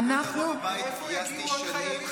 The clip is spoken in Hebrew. מאיפה יגיעו עוד חיילים?